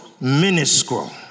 minuscule